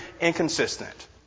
inconsistent